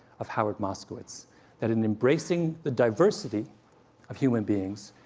of howard moskowitz that in embracing the diversity of human beings,